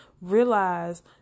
realize